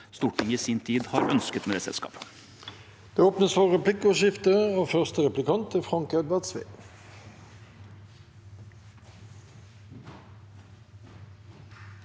Stortinget i sin tid har ønsket med det selskapet.